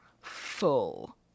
full